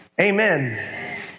Amen